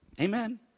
Amen